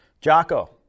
Jocko